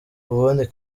ubundi